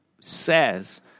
says